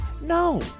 No